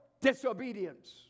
disobedience